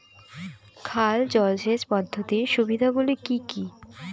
খাল জলসেচ পদ্ধতির সুবিধাগুলি কি কি?